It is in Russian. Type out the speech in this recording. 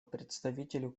представителю